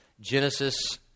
Genesis